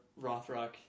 Rothrock